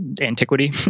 antiquity